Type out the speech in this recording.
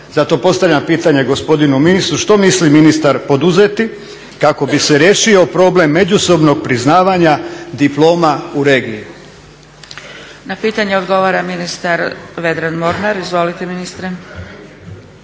Zato postavljam pitanje gospodinu ministru što misli ministar poduzeti kako bi se riješio problem međusobnog priznavanja diploma u regiji? **Zgrebec, Dragica (SDP)** Na pitanje odgovara ministar Vedran Mornar. Izvolite ministre.